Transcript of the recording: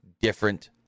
different